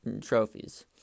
trophies